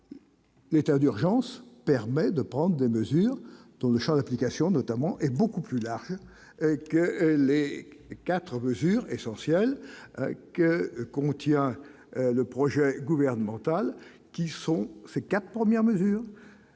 L'état d'urgence permet de prendre des mesures, dont le Champ d'application, notamment, est beaucoup plus large que les 4 mesures essentielles que contient le projet gouvernemental, qui sont ces 4 premières mesures